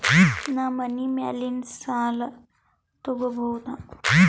ನಾ ಮನಿ ಮ್ಯಾಲಿನ ಸಾಲ ತಗೋಬಹುದಾ?